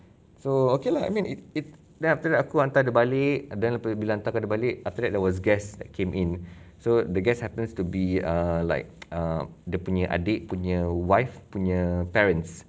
so okay lah I mean it it then after that aku hantar dia balik and then lepas tu bila aku hantar dia balik after that there was guest that came in so the guest happens to be err like err dia punya adik punya wife punya parents